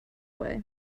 way